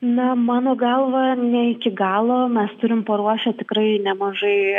na mano galva ne iki galo mes turim paruošę tikrai nemažai